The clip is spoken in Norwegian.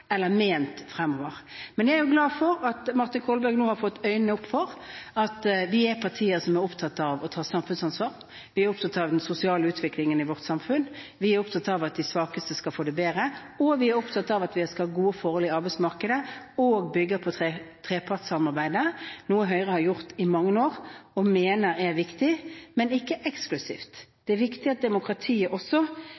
eller ment fremover. Men jeg er jo glad for at Martin Kolberg nå har fått øynene opp for at vi er partier som er opptatt av å ta samfunnsansvar. Vi er opptatt av den sosiale utviklingen i vårt samfunn. Vi er opptatt av at de svakeste skal få det bedre, og vi er opptatt av at vi skal ha gode forhold på arbeidsmarkedet og bygge på trepartssamarbeidet, noe Høyre har gjort i mange år og mener er viktig, men ikke eksklusivt.